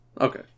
Okay